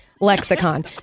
lexicon